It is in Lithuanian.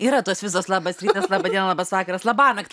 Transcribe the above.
yra tos visos labas rytas laba diena labas vakaras labanakt